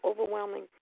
overwhelming